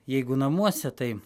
jeigu namuose tai